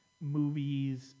movies